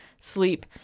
sleep